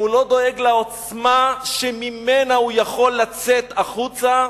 אם הוא לא דואג לעוצמה שממנה הוא יכול לצאת החוצה,